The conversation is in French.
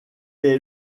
est